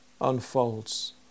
unfolds